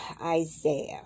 Isaiah